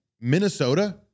Minnesota